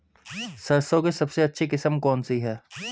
सरसों की सबसे अच्छी किस्म कौन सी है?